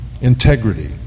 integrity